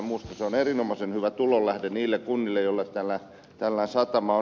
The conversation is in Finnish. se on erinomaisen hyvä tulonlähde niille kunnille joilla tällainen satama on